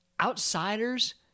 outsiders